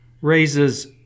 raises